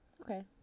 Okay